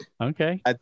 okay